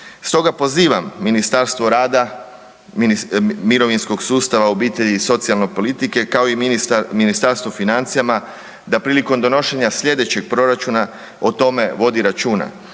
Stoga pozivam Ministarstvo rada, mirovinskog sustava, obitelji i socijalne politike kao i Ministarstvo financija da prilikom donošenja slijedećeg proračuna o tome vodi računa